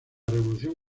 revolución